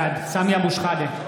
(קורא בשמות חברי הכנסת)